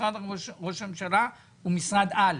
משרד ראש הממשלה הוא משרד על,